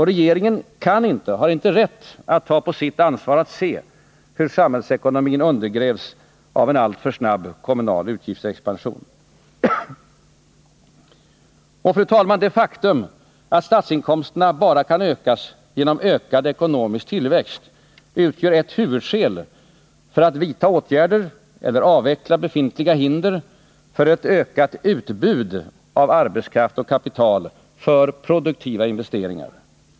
Regeringen kan inte och har inte rätt att ta på sitt ansvar att se hur samhällsekonomin undergrävs av en alltför snabb kommunal utgiftsexpansion. Fru talman! Det faktum att statsinkomsterna endast kan ökas genom ökad ekonomisk tillväxt utgör ett huvudskäl för att vidta särskilda stimulansåtgärder eller avveckla befintliga hinder för ett ökat utbud av arbetskraft och kapital för produktiva investeringar.